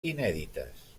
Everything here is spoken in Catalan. inèdites